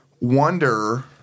wonder